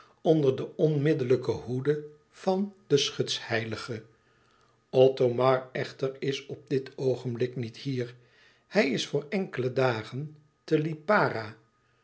onder de onmiddellijke hoede van den schutsheilige othomar echter is op dit oogenblik niet hier hij is voor enkele dagen te lipara